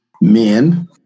men